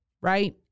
right